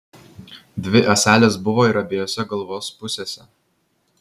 dvi ąselės buvo ir abiejose galvos pusėse